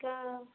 କା